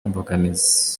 mbogamizi